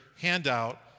handout